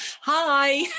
hi